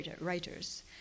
writers